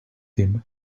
him